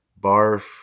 Barf